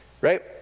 right